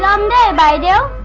um and am i know